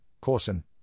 Corson